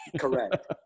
Correct